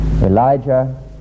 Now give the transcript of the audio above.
Elijah